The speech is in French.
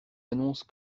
annonce